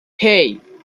hey